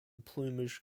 plumage